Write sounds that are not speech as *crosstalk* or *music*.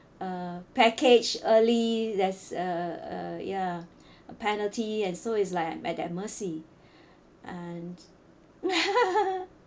uh package early there's uh ya a penalty and so is like I'm at their mercy and *laughs*